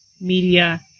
media